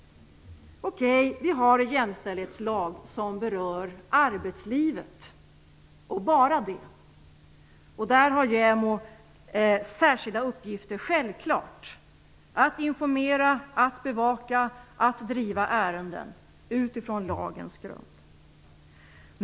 Vi har en jämställdhetslag som berör arbetslivet och ingenting annat. På det området har JämO självklart särskilda uppgifter när det gäller att informera, bevaka och driva ärenden utifrån lagen.